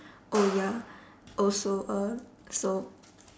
oh ya also uh so